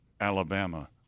Alabama